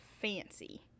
fancy